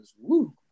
Woo